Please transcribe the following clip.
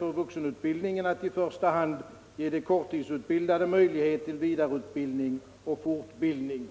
för vuxenutbildningen ”att i första hand ge de korttidsutbildade möjlighet till vidareutbildning och fortbildning”.